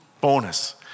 bonus